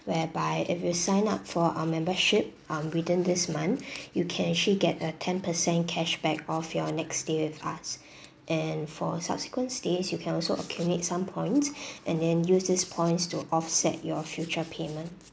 whereby if you sign up for our membership um within this month you can actually get a ten percent cashback off your next stay with us and for subsequent stays you can also accumulate some points and then use this points to offset your future payment